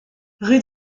rue